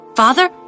Father